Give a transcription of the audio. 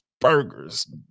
burgers